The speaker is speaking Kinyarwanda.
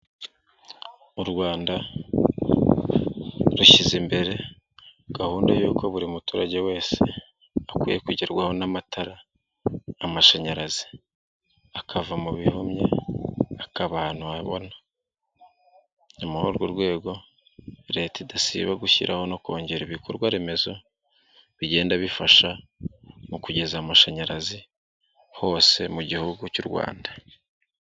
Urwanda rushyize imbere gahunda y'uko buri muturage wese akwiye kugerwaho n'amatara n'amashanyarazi, akava mu bihumye akaba ahantu habona, ni muri urwo rwego leta idasiba gushyiraho no kongera ibikorwa remezo bigenda bifasha mu kugeza amashanyarazi hose mu gihugu cy'u Rwanda.